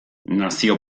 nazio